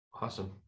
Awesome